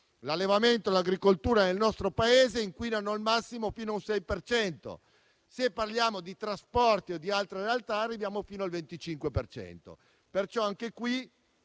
L'allevamento e l'agricoltura nel nostro Paese inquinano al massimo fino a un 6 per cento. Se parliamo di trasporti o di altre realtà, arriviamo fino al 25